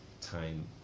time